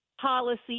policy